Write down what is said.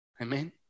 Amen